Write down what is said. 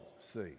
see